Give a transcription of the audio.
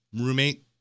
roommate